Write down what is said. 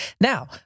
Now